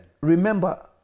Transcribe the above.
Remember